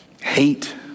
hate